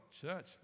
church